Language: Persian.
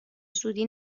زودی